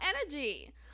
energy